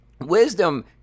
wisdom